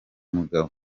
mugabo